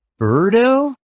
Birdo